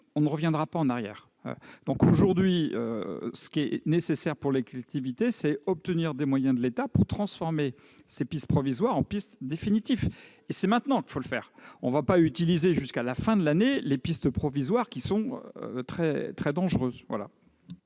On ne reviendra pas en arrière. Les collectivités doivent donc, dès aujourd'hui, obtenir des moyens de l'État pour transformer ces pistes provisoires en pistes définitives. C'est maintenant qu'il faut le faire : on ne va pas utiliser jusqu'à la fin de l'année les pistes provisoires, qui sont très dangereuses.